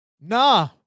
nah